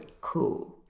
cool